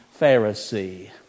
Pharisee